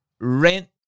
rent